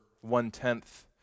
one-tenth